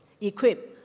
Equip